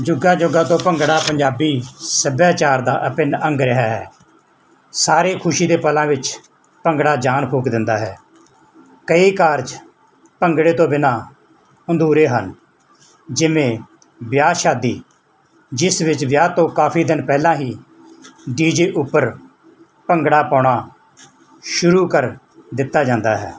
ਯੁੱਗਾਂ ਯੁੱਗਾਂ ਤੋਂ ਭੰਗੜਾ ਪੰਜਾਬੀ ਸਭਿਆਚਾਰ ਦਾ ਅਭਿੰਨ ਅੰਗ ਰਿਹਾ ਹੈ ਸਾਰੇ ਖੁਸ਼ੀ ਦੇ ਪਲਾਂ ਵਿੱਚ ਭੰਗੜਾ ਜਾਨ ਫੂਕ ਦਿੰਦਾ ਹੈ ਕਈ ਕਾਰਜ ਭੰਗੜੇ ਤੋਂ ਬਿਨਾਂ ਅਧੂਰੇ ਹਨ ਜਿਵੇਂ ਵਿਆਹ ਸ਼ਾਦੀ ਜਿਸ ਵਿੱਚ ਵਿਆਹ ਤੋਂ ਕਾਫੀ ਦਿਨ ਪਹਿਲਾਂ ਹੀ ਡੀ ਜੇ ਉੱਪਰ ਭੰਗੜਾ ਪਾਉਣਾ ਸ਼ੁਰੂ ਕਰ ਦਿੱਤਾ ਜਾਂਦਾ ਹੈ